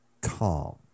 calm